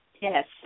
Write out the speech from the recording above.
Yes